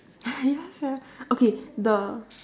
ya sia okay the